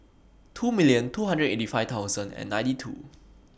two million two hundred and eighty five thousand and ninety two